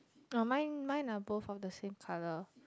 oh mine mine are both of the same colour